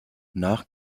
nach